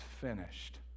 finished